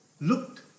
Looked